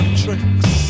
tricks